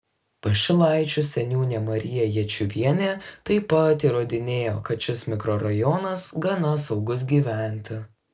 pašilaičių seniūnė marija jėčiuvienė taip pat įrodinėjo kad šis mikrorajonas gana saugus gyventi